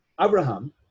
Abraham